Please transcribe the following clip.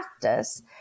practice